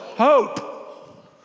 hope